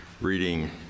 reading